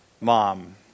mom